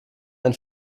ein